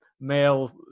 male